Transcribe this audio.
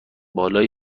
برای